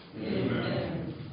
Amen